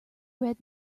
red